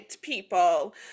people